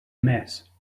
mess